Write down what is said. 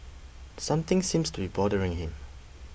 something seems to be bothering him